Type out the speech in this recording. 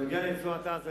בנוגע לרצועת-עזה.